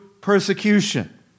persecution